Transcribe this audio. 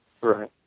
Right